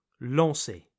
lancer